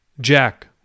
Jack